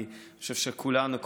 אני חושב שכולנו,